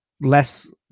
less